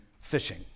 fishing